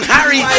Harry